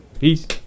Peace